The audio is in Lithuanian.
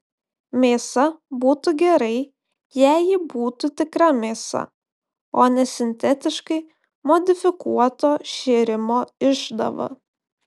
mėsa būtų gerai jei ji būtų tikra mėsa o ne sintetiškai modifikuoto šėrimo išdava